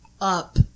up